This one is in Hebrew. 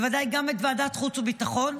ובוודאי את ועדת החוץ והביטחון,